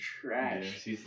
trash